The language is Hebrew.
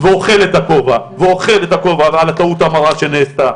ואוכל את הכובע על הטעות המרה שנעשתה.